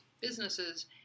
businesses